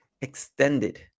extended